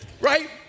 Right